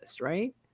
right